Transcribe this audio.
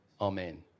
Amen